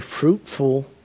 fruitful